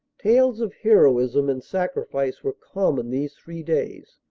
tales of heroism and sacrifice were common these three days,